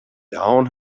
down